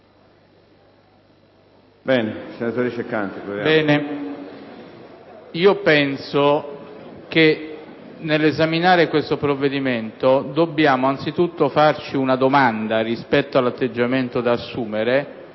io penso che nell'esaminare questo provvedimento dobbiamo anzitutto farci una domanda rispetto all'atteggiamento da assumere,